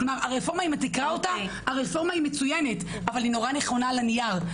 הרפורמה היא מצוינת, אבל היא נכונה על הנייר.